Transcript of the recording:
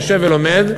יושב ולומד,